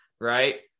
right